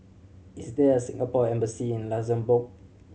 is there a Singapore Embassy in Luxembourg